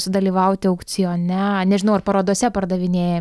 sudalyvauti aukcione nežinau ar parodose pardavinėja